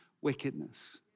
wickedness